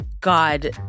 God